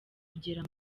kugera